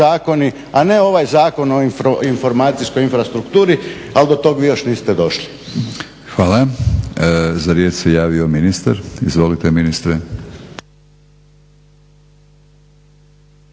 a ne ovaj Zakon o informacijskoj infrastrukturi. Ali do tog vi još niste došli. **Batinić, Milorad (HNS)** Hvala. Za riječ se javio ministar. Izvolite ministre.